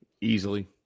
Easily